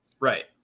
Right